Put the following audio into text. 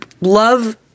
love